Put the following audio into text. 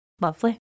lovely